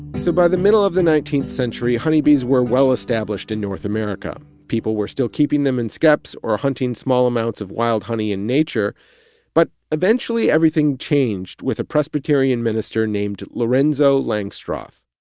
so by the middle of the nineteenth century, honeybees were well established in north america. people were still keeping them in skeps or hunting small amounts of wild honey in nature but, eventually, everything changed with a presbyterian minister named lorenzo langstroth.